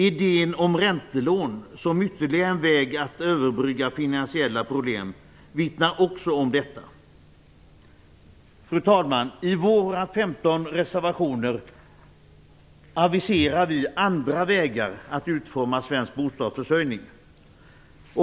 Idén med räntelån som ytterligare en väg att överbrygga finansiella problem vittnar också om detta. Fru talman! I våra 15 reservationer anvisar vi andra vägar att utforma svensk bostadsförsörjning på.